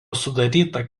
sudaryta